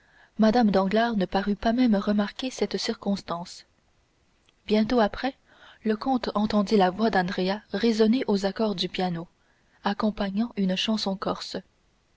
mme danglars ne parut pas même remarquer cette circonstance bientôt après le comte entendit la voix d'andréa résonner aux accords du piano accompagnant une chanson corse